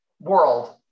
world